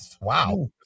wow